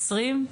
2020?